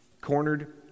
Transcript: cornered